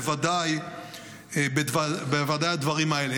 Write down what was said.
בוודאי הדברים האלה.